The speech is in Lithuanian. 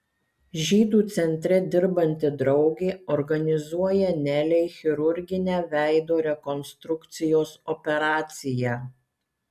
žydų centre dirbanti draugė organizuoja nelei chirurginę veido rekonstrukcijos operaciją